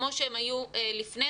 כמו שהם היו לפניכן